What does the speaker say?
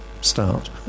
start